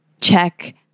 check